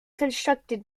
constructed